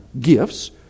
gifts